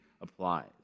applies